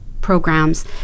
programs